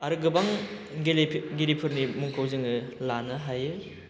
आरो गोबां गेलेगिरिफोरनि मुंखौ जोङो लानो हायो